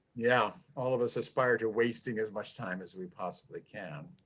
yeah all of us aspire to wasting as much time as we possibly can.